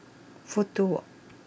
Fudu walk